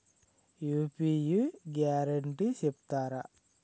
UPI guarantee చెప్తారా?